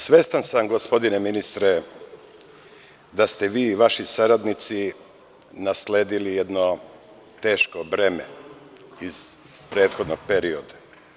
Svestan sam, gospodine ministre, da ste vi i vaši saradnici nasledili jedno teško breme iz prethodnog perioda.